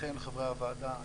לכם חברי הוועדה.